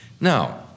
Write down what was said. Now